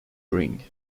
bring